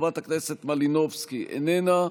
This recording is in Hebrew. חברת הכנסת מלינובסקי, איננה,